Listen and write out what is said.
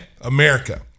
America